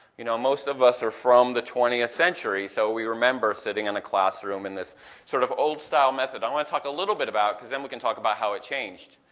you know most of us are from the twentieth century, so we remember sitting in a classroom in this sort of old style method. i want to talk a little bit about, because then we can talk about how that ah changed.